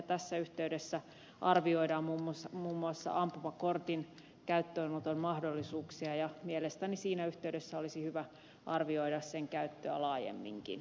tässä yhteydessä arvioidaan muun muassa ampumakortin käyttöönoton mahdollisuuksia ja mielestäni siinä yhteydessä olisi hyvä arvioida sen käyttöä laajemminkin